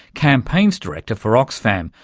campaigns director for oxfam,